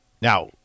Now